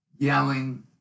Yelling